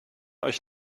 euch